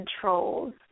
controls